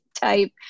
type